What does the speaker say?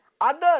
others